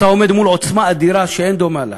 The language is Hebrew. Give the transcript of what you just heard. אתה עומד מול עוצמה אדירה שאין דומה לה.